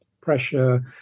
pressure